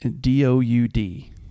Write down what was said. D-O-U-D